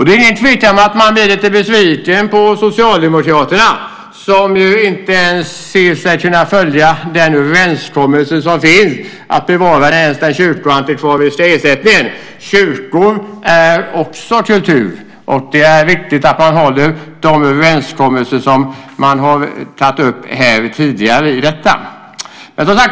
Det är ingen tvekan om att man blir lite besviken på Socialdemokraterna, som inte ens ser sig kunna följa den överenskommelse som finns och bevara ens den kyrkoantikvariska ersättningen. Kyrkor är också kultur, och det är viktigt att man håller de överenskommelser som man har tagit upp tidigare här beträffande detta.